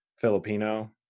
Filipino